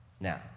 Now